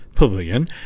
Pavilion